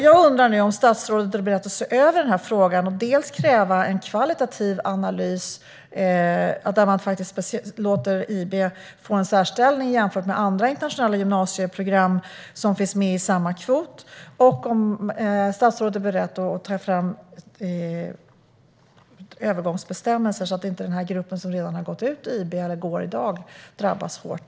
Jag undrar om statsrådet är beredd att se över denna fråga och kräva en kvalitativ analys och att låta IB få en särställning jämfört med andra internationella gymnasieprogram som finns med i samma kvot. Jag undrar också om statsrådet är beredd att ta fram övergångsbestämmelser så att inte de som redan har gått ut IB eller går där i dag drabbas hårt.